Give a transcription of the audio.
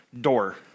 door